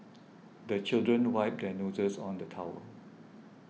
the children wipe their noses on the towel